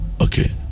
okay